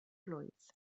blwydd